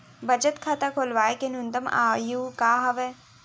बचत खाता खोलवाय के न्यूनतम आयु का हवे?